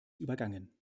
übergangen